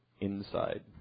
inside